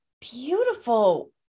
beautiful